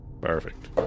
perfect